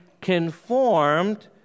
conformed